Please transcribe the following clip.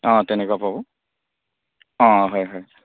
অঁ তেনেকুৱা পাব অঁ হয় হয়